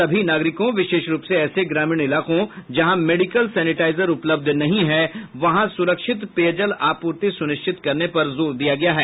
सभी नागरिकों विशेष रूप से ऐसे ग्रामीण इलाकों जहां मेडिकल सेनिटाइजर उपलब्ध नहीं हैं वहां सुरक्षित पेयजल आपूर्ति सुनिश्चित करने पर जोर दिया गया है